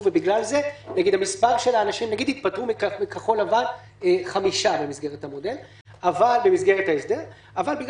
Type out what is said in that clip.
נגיד שהתפטרו מכחול לבן חמישה במסגרת ההסדר ובגלל